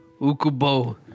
Ukubo